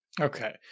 Okay